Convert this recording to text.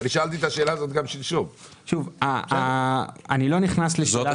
גם שלשום אני שאלתי את השאלה הזאת.